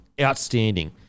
outstanding